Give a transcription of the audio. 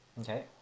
Okay